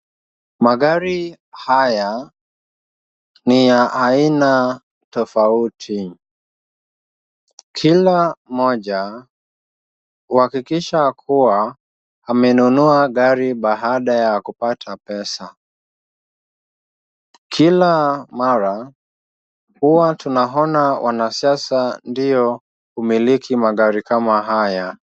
Magari haya ni ya aina tofauti. Kila moja uhakikisha kuwa amenunua gari baada ya kupata pesa. Kila mara huwa tunaona wanasiasa ndio humiliki magari kama haya.